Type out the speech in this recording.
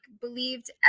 believed